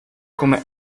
come